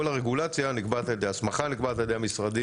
כל הרגולציה נקבעת על ידי הסמכה ונקבעת על ידי המשרדים.